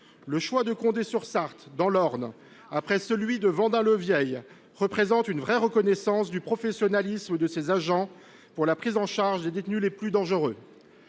Le choix de Condé sur Sarthe, dans l’Orne, après celui de Vendin le Vieil, dans le Pas de Calais, traduit une véritable reconnaissance du professionnalisme de ses agents pour la prise en charge des détenus les plus dangereux.